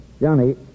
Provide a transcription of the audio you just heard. Johnny